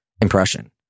impression